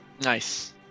Nice